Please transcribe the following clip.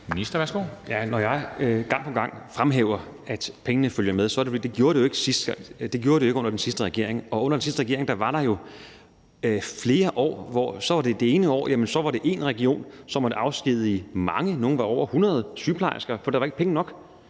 (Magnus Heunicke): Når jeg gang på gang fremhæver, at pengene følger med, så er det, fordi de jo ikke gjorde det under den seneste regering. Under den seneste regering var der jo flere år med det. Det ene år var det én region, som måtte afskedige mange, over 100 sygeplejersker, for der var ikke penge nok.